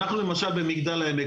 למשל אנחנו במגדל העמק,